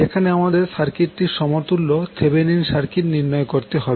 যেখানে আমাদের সার্কিটটির সমতুল্য থেভেনিন সার্কিট নির্ণয় করতে হবে